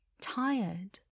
tired